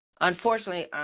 Unfortunately